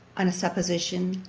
on a supposition,